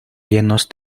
llenos